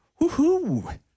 Woohoo